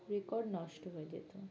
record নষ্ট হয়ে যেতো